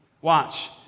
Watch